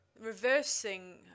reversing